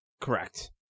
Correct